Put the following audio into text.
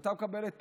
הייתה מקבלת פחות,